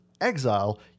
exile